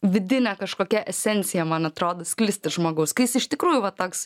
vidinė kažkokia esencija man atrodo sklisti žmogaus kai jis iš tikrųjų va toks